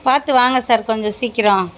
பார்த்து வாங்க சார் கொஞ்சம் சீக்கிரம்